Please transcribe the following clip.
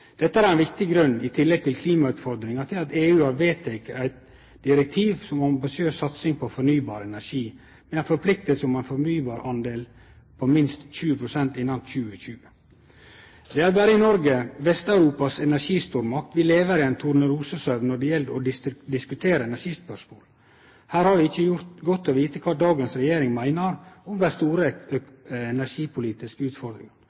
er ein viktig grunn, i tillegg til klimautfordringa, til at EU har vedteke eit direktiv om ambisiøs satsing på fornybar energi, med ei forplikting om ein fornybar del på minst 20 pst. innan 2020. Det er berre i Noreg, Vest-Europas energistormakt, at vi lever i ein tornerosesøvn når det gjeld å diskutere energispørsmål. Her er det ikkje godt å vite kva dagens regjering meiner om dei store